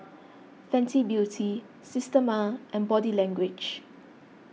Fenty Beauty Systema and Body Language